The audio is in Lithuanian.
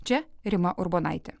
čia rima urbonaitė